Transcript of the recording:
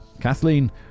Kathleen